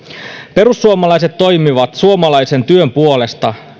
perussuomalaiset toimivat suomalaisen työn puolesta